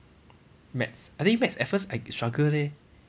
maths I think maths at first I struggle leh